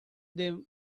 them